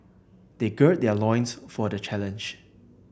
they gird their loins for the challenge